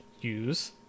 use